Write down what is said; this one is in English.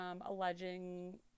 alleging